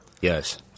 Yes